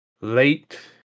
late